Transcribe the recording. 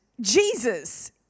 Jesus